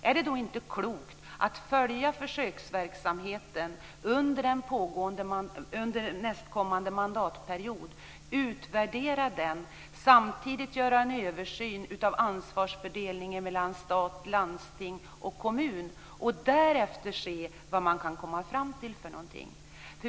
Är det då inte klokt att följa försöksverksamheten under nästkommande mandatperiod, utvärdera den, samtidigt göra en översyn av ansvarsfördelningen mellan stat, landsting och kommun och därefter se vad man kan komma fram till för någonting.